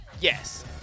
Yes